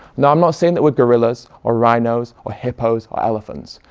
now i'm not saying that we're gorillas or rhinos or hippos or elephants.